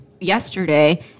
yesterday